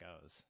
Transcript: goes